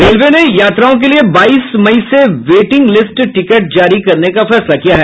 railway ने यात्राओं के लिये बाईस मई से वेटिंग लिस्ट टिकट जारी करने का फैसला किया है